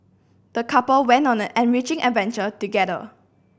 the couple went on an enriching adventure together